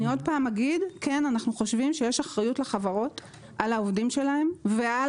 אני שוב אומר שאנחנו חושבים שיש אחריות לחברות על העובדים שלהן ועל